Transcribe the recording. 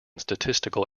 statistical